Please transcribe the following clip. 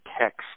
text